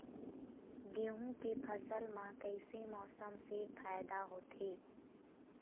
गेहूं के फसल म कइसे मौसम से फायदा होथे?